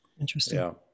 interesting